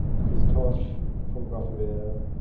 christophe from graph aware,